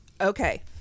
Okay